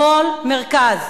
שמאל, מרכז: